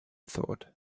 thought